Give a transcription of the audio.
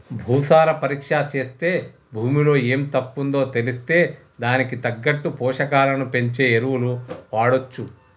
భూసార పరీక్ష చేస్తే భూమిలో ఎం తక్కువుందో తెలిస్తే దానికి తగ్గట్టు పోషకాలను పెంచే ఎరువులు వాడొచ్చు